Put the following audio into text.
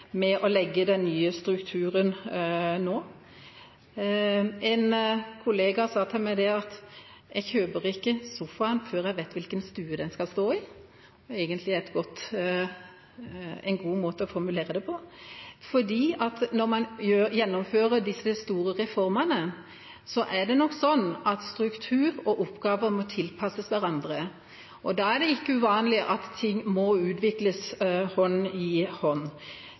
med å legge den nye strukturen nå. En kollega sa til meg: Jeg kjøper ikke sofaen før jeg vet hvilken stue den skal stå i. Det er egentlig en god måte å formulere det på. For når man gjennomfører disse store reformene, er det nok sånn at struktur og oppgaver må tilpasses hverandre. Da er det ikke uvanlig at ting må utvikles hånd i hånd.